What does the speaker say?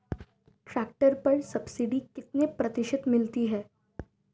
Tractor पर subsidy कितने प्रतिशत मिलती है?